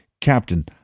Captain